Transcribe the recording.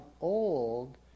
old